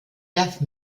death